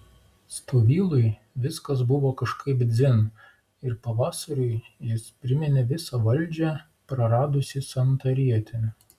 stovylui viskas buvo kažkaip dzin ir pavasariui jis priminė visą valdžią praradusį santarietį